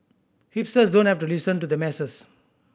hipsters don't have to listen to the masses